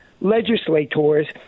legislators